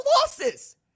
losses